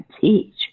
teach